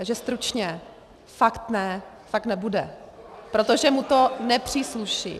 Takže stručně: fakt ne, fakt nebude, protože mu to nepřísluší.